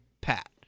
Pat